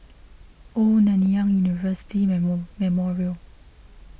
Old Nanyang University Memorial